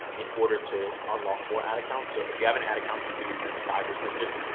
in order to unlock more ad accounts. so if you have an ad account, just as if you spend five or like just,